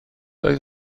oedd